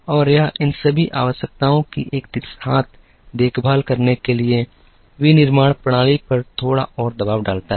और यह इन सभी आवश्यकताओं की एक साथ देखभाल करने के लिए विनिर्माण पर थोड़ा और दबाव डालता है